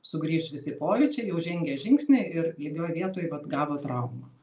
sugrįš visi pojūčiai jau žengė žingsnį ir lygioj vietoj vat gavo traumą